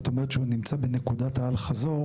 זאת אומרת שהוא נמצא בנקודת האל חזור